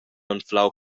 anflau